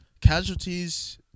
casualties